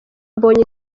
mbonye